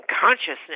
consciousness